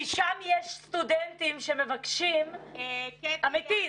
שם יש סטודנטים שמבקשים --- קטי --- אמיתי,